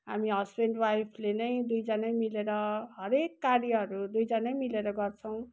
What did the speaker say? हामी हस्बेन्ड वाइफले नै दुईजनै मिलेर हरेक कार्यहरू दुईजनै मिलेर गर्छौँ